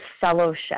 fellowship